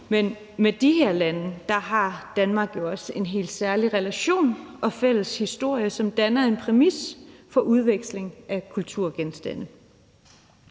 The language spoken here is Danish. men de her lande har Danmark jo også en helt særlig relation til og fælles historie med, hvilket danner en præmis for udveksling af kulturgenstande.